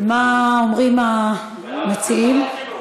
מה אומרים המציעים?